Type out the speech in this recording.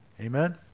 Amen